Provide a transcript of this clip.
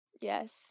Yes